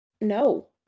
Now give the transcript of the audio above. no